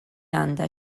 għandha